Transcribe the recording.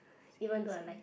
even though I like it